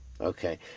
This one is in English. Okay